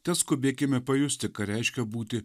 tad skubėkime pajusti ką reiškia būti